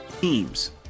Teams